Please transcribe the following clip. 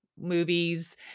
movies